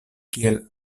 kiel